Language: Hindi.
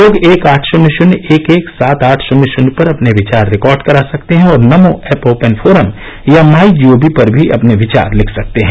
लोग एक आठ शुन्य शुन्य एक एक सात आठ शुन्य शुन्य पर अपने विचार रिकॉर्ड करा सकते हैं और नमो ऐप ओपन फोरम या माई जीओवी पर भी अपने विचार लिख सकते हैं